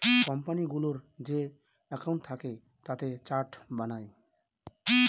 কোম্পানিগুলোর যে একাউন্ট থাকে তাতে চার্ট বানায়